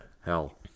hell